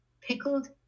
Pickled